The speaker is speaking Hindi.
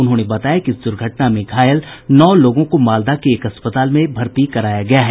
उन्होंने बताया कि इस द्र्घटना में घायल नौ लोगों को मालदा के एक अस्पताल में दाखिल किया गया है